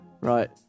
right